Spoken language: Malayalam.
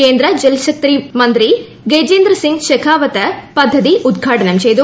കേന്ദ്ര ജൽശക്തി മന്ത്രി ഗജേന്ദ്ര സിംഗ് ഷെഖാവ ത്ത് പദ്ധതി ഉദ്ഘാടനം ചെയ്തു